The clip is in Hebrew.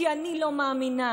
כי אני לא מאמינה.